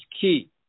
key